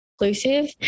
inclusive